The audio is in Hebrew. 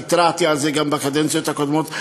התרעתי על זה גם בקדנציות הקודמות,